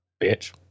Bitch